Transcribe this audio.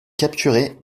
capturé